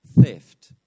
Theft